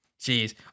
Jeez